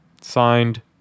Signed